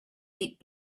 deep